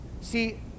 See